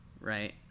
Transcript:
right